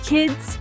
Kids